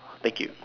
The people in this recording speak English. thank you